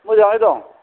मोजाङै दं